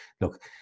look